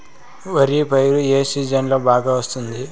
వరి పైరు ఏ సీజన్లలో బాగా వస్తుంది